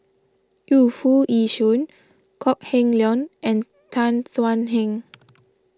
Yu Foo Yee Shoon Kok Heng Leun and Tan Thuan Heng